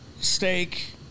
steak